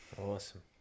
Awesome